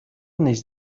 neix